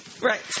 Right